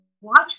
watch